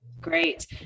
Great